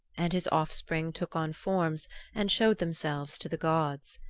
and his offspring took on forms and showed themselves to the gods.